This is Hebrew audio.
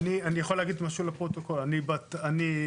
אנו מתכוונים